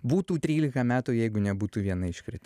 būtų trylika metų jeigu nebūtų viena iškrėtė